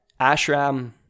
Ashram